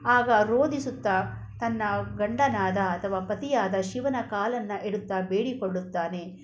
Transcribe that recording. ಆಗ ರೋದಿಸುತ್ತಾ ತನ್ನ ಗಂಡನಾದ ಅಥವಾ ಪತಿಯಾದ ಶಿವನ ಕಾಲನ್ನು ಇಡುತ್ತಾ ಬೇಡಿಕೊಳ್ಳುತ್ತಾನೆ